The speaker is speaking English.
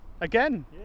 Again